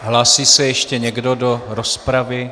Hlásí se ještě někdo do rozpravy?